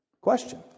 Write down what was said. Question